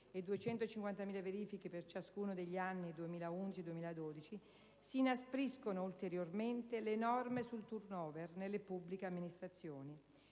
di 250.000 verifiche per ciascuno degli anni 2011 e 2012, si inaspriscono ulteriormente le norme sul *turnover* nelle pubbliche amministrazioni.